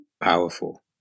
powerful